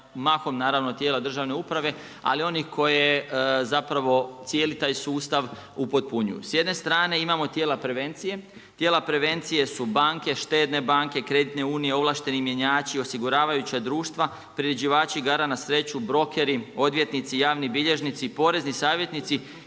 mahom naravno, tijela državne uprave ali onih koje zapravo cijeli taj sustav upotpunjuju. S jedne strane imamo tijela prevencije, tijela prevencije su banke, štedne banke, kreditne unije, ovlašteni mjenjači, osiguravajuća društva, priređivači igara na sreću, brokeri, odvjetnici, javni bilježnici, porezni savjetnici